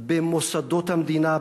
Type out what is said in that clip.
במוסדות המדינה,